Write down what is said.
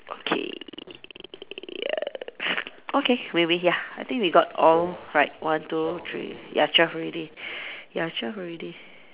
okay ya okay we we ya I think we got all right one two three ya twelve already ya twelve already